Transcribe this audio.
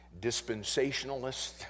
dispensationalists